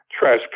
Trash